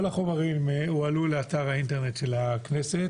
כל החומרים הועלו לאתר האינטרנט של הכנסת,